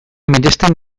miresten